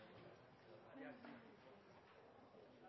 Da er